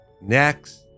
Next